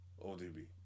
ODB